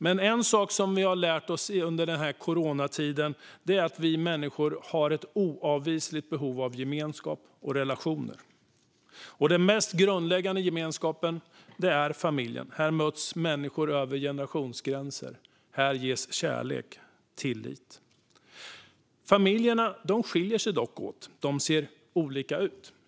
Men en sak som vi har lärt oss under coronatiden är att vi människor har ett oavvisligt behov av gemenskap och relationer, och den mest grundläggande gemenskapen är familjen. Här möts människor över generationsgränser, och här ges kärlek och tillit. Familjer skiljer sig åt. De ser olika ut.